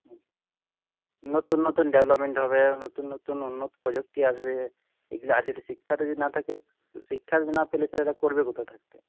হুম নতুন নতুন ডেভেলপমেন্ট হবে নতুন নতুন উন্নত প্রযুক্তি আসবে এইগুলো আগে থেকে শিক্ষাটা যদি না থাকে শিক্ষা না পেলে করবে কোথা থাকতে